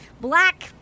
black